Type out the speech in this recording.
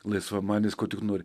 laisvamanis ko tik nori